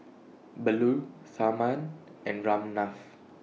Bellur Tharman and Ramnath